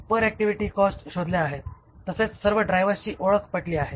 पर activity cost शोधल्या आहेत तसेच सर्व ड्राइव्हर्सची ओळख पटली आहे